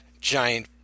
giant